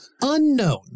Unknown